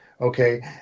okay